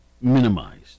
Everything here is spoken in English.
minimized